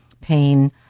pain